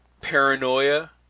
paranoia